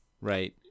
right